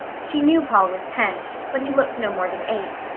she knew paul was ten but he looked no more than eight.